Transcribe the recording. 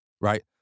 Right